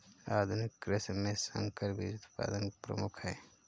आधुनिक कृषि में संकर बीज उत्पादन प्रमुख है